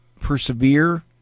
persevere